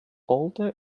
alter